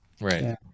Right